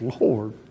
Lord